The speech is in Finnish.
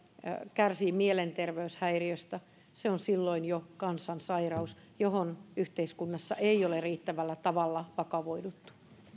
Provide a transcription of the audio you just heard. kärsii mielenterveyshäiriöstä pidän sitä silloin jo kansansairautena johon yhteiskunnassa ei ole riittävällä tavalla vakavoiduttu